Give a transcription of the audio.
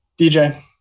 DJ